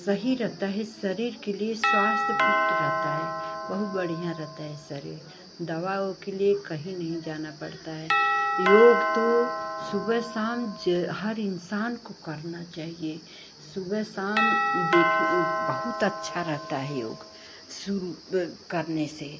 सही रहता है शरीर के लिए स्वास्थ्य फिट रहता है बहुत बढ़िया रहता है शरीर दवाओं के लिए कहीं नहीं जाना पड़ता है योग तो सुबह शाम ज हर इंसान को करना चाहिए सुबह शाम देख बहुत अच्छा रहता है योग शुरू ब करने से